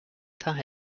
tie